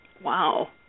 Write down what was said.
wow